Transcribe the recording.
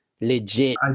legit